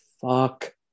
fuck